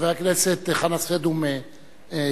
חבר הכנסת חנא סוייד הוא ממפלגתך,